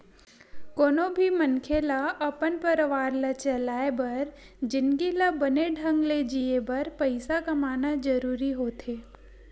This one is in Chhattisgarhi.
कोनो भी मनखे ल अपन परवार ला चलाय बर जिनगी ल बने ढंग ले जीए बर पइसा कमाना जरूरी होथे